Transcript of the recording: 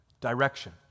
direction